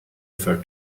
offer